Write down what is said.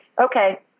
Okay